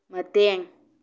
ꯃꯇꯦꯡ